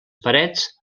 parets